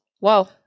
Wow